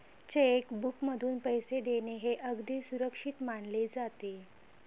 check बुकमधून पैसे देणे हे अगदी सुरक्षित मानले जाते